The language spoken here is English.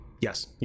yes